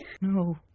No